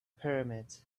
pyramids